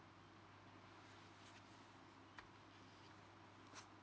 uh